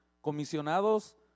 comisionados